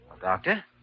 Doctor